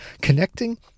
connecting